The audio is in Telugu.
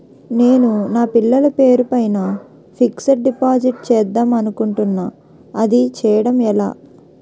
నేను నా పిల్లల పేరు పైన ఫిక్సడ్ డిపాజిట్ చేద్దాం అనుకుంటున్నా అది చేయడం ఎలా?